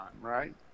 right